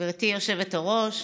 גברתי היושבת-ראש,